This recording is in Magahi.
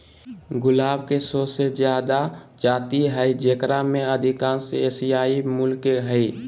गुलाब के सो से जादा जाति हइ जेकरा में अधिकांश एशियाई मूल के हइ